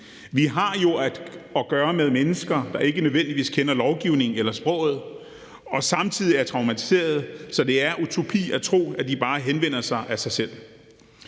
Vi har jo at gøre med mennesker, der ikke nødvendigvis kender lovgivningen eller sproget og samtidig er traumatiserede, så det er utopi at tro, at de bare henvender sig af sig selv.